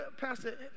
Pastor